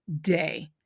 day